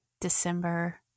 December